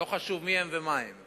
ולא חשוב מי הם ומה הם.